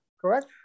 correct